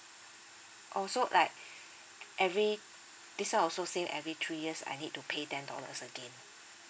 oh so like every this one also same every three years I need to pay ten dollars again